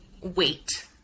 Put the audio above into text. wait